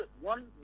one